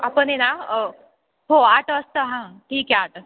आपण आहे ना हो आठ वाजता हां ठीक आहे आठ